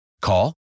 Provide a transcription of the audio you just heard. Call